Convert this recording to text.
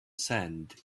sand